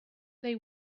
they